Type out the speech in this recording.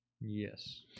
Yes